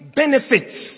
benefits